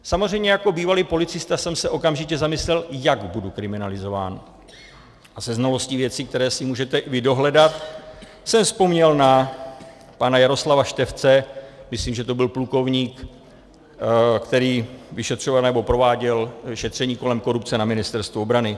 Samozřejmě jako bývalý policista jsem se okamžitě zamyslel, jak budu kriminalizován, a se znalostí věcí, které si můžete vy dohledat, jsem vzpomněl na pana Jaroslava Štefce, myslím, že to byl plukovník, který prováděl šetření kolem korupce na Ministerstvu obrany.